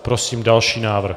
Prosím další návrh.